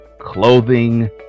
Clothing